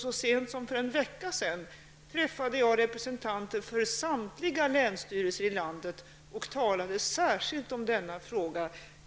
Så sent som för en vecka sedan träffade jag representanter för samtliga länsstyrelser i landet och talade särskilt om denna fråga.